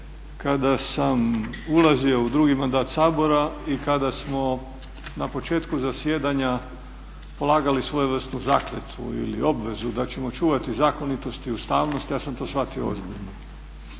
kada sam ulazio u drugi mandat Sabora i kada smo na početku zasjedanja polagali svojevrsnu zakletvu ili obvezu da ćemo čuvati zakonitost i ustavnost ja sam to shvatio ozbiljno.